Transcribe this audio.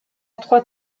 trois